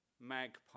magpie